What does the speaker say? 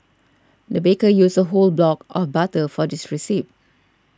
the baker used a whole block of butter for this recipe